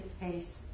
face